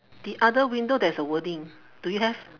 the other window there's a wording do you have